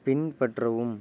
பின்பற்றவும்